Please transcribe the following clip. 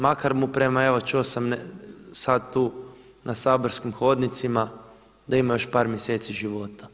Makar mu prema evo, čuo sam sada tu na saborskim hodnicima da ima još par mjeseci života.